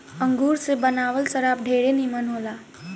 अंगूर से बनावल शराब ढेरे निमन होला